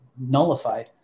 nullified